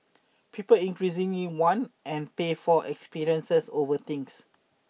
people increasingly want and pay for experiences over things